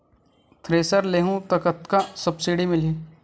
Thresher लेहूं त कतका सब्सिडी मिलही?